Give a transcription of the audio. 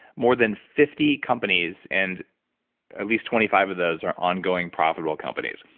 more than fifty companies and at least twenty five of those are ongoing profitable companies.